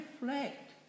reflect